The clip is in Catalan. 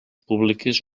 públiques